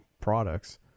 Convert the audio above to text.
products